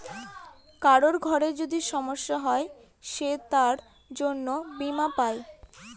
কারোর ঘরে যদি সমস্যা হয় সে তার জন্য বীমা পাই